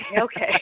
okay